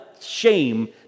shame